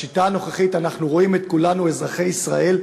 בשיטה הנוכחית אנחנו רואים כולנו, אזרחי ישראל,